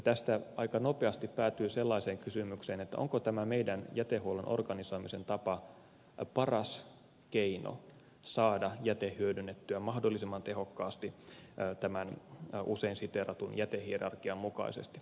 tästä aika nopeasti päätyy sellaiseen kysymykseen onko tämä meidän jätehuollon organisoimisen tapamme paras keino saada jäte hyödynnettyä mahdollisimman tehokkaasti tämän usein siteeratun jätehierarkian mukaisesti